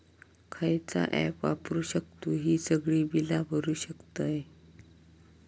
खयचा ऍप वापरू शकतू ही सगळी बीला भरु शकतय?